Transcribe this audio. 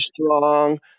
strong